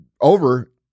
over